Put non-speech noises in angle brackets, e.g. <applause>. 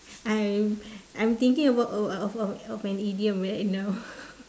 I'm I'm thinking about of a of a of an idiom right now <laughs>